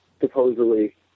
supposedly